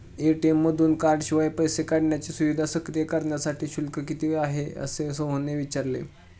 ATM मधून कार्डशिवाय पैसे काढण्याची सुविधा सक्रिय करण्यासाठी शुल्क किती आहे, असे सोहनने विचारले